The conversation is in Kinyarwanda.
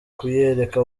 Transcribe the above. kuyereka